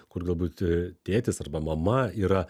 kur galbūt a tėtis arba mama yra